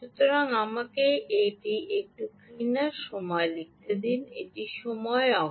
সুতরাং আমাকে এটি একটু ক্লিনার সময় লিখতে দিন এটি সময় অক্ষ